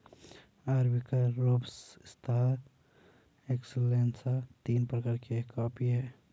arabica robusta excelsa तीन प्रकार के कॉफी हैं